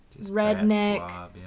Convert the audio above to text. redneck